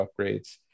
upgrades